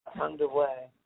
Underway